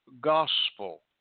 gospel